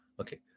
Okay